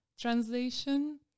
translation